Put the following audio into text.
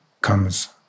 comes